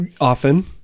Often